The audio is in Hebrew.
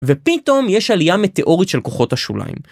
ופתאום יש עלייה מטאורית של כוחות השוליים.